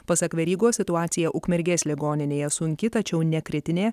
pasak verygos situacija ukmergės ligoninėje sunki tačiau ne kritinė